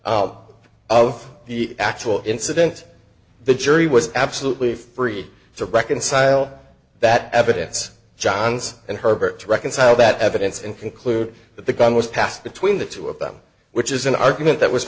points of the actual incident the jury was absolutely free to reconcile that evidence johns and herbert reconcile that evidence and conclude that the gun was passed between the two of them which is an argument that was